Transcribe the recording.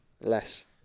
Less